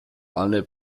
alle